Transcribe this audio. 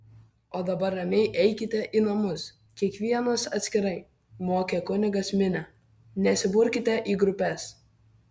o dabar ramiai eikite į namus kiekvienas atskirai mokė kunigas minią nesiburkite į grupes